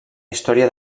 història